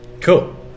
Cool